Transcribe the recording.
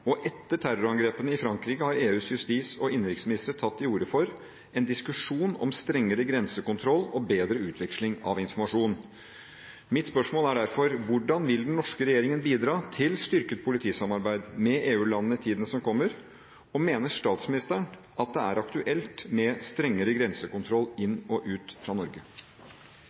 og etter terrorangrepene i Frankrike har EUs justis- og innenriksministre tatt til orde for en diskusjon om strengere grensekontroll og bedre utveksling av informasjon. Mitt spørsmål er derfor: Hvordan vil den norske regjeringen bidra til styrket politisamarbeid med EU-landene i tiden som kommer? Og mener statsministeren at det er aktuelt med strengere grensekontroll